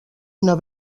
una